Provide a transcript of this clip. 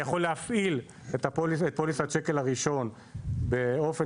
אני יכול להפעיל את פוליסת השקל הראשון באופן